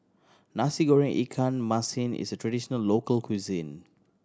Nasi Goreng ikan masin is a traditional local cuisine